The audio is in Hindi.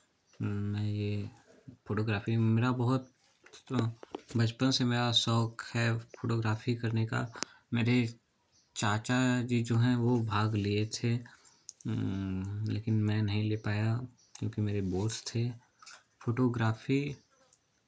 मैं ये फ़ोटोग्राफ़ी में मेरा बहुत बचपन से मेरा शौक है फ़ोटोग्राफ़ी करने का मेरे चाचा जी जो हैं वो भाग लिए थे लेकिन मैं नहीं ले पाया क्योंकि मेरे बोर्ड्स थे फोटोग्राफ़ी